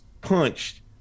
punched